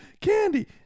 candy